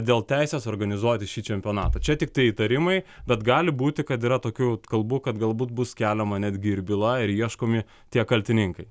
dėl teisės organizuoti šį čempionatą čia tiktai įtarimai bet gali būti kad yra tokių kalbų kad galbūt bus keliama netgi ir byla ir ieškomi tie kaltininkai